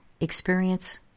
experience